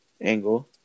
Angle